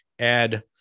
add